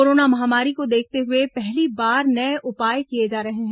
corona महामारी को देखते हुए पहली बार नए उपाय किये जा रहे हैं